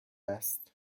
است